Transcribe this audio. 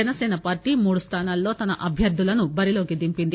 Janasena party మూడు స్థానాల్లో తన అభ్యర్థులను బరిలోకి దింపింది